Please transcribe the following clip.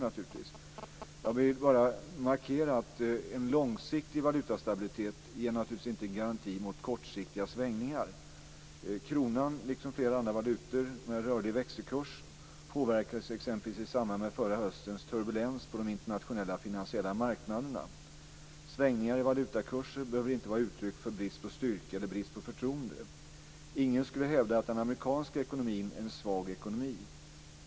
Jag vill bara markera att en långsiktig valutastabilitet naturligtvis inte ger en garanti mot kortsiktiga svängningar. Kronan liksom flera andra valutor med rörlig växelkurs påverkades exempelvis i samband med förra höstens turbulens på de internationella finansiella marknaderna. Svängningar i valutakurser behöver inte vara uttryck för brist på styrka eller brist på förtroende. Ingen skulle hävda att den amerikanska ekonomin är en svag ekonomi.